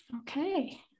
Okay